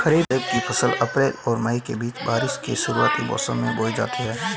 खरीफ़ की फ़सल अप्रैल और मई के बीच, बारिश के शुरुआती मौसम में बोई जाती हैं